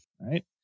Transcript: right